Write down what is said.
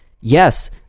Yes